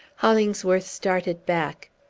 hollingsworth started back.